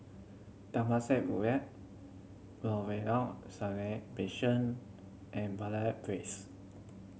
Temasek Norwegian Seamen Mission and Place